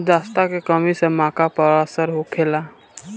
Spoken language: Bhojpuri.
जस्ता के कमी से मक्का पर का असर होखेला?